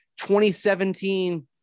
2017